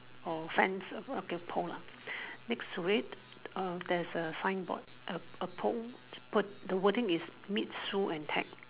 or fence okay pole lah next to it uh there's a signboard a a pole the wording is meet Sue and Ted